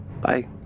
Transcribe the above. Bye